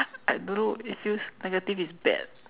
I don't know it feels negative is bad